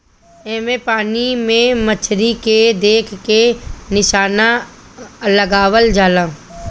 एमे पानी में मछरी के देख के निशाना लगावल जाला